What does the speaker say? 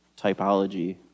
typology